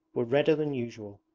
were redder than usual.